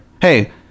Hey